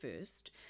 first